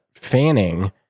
fanning